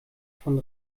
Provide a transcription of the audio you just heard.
von